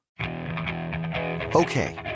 Okay